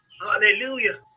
Hallelujah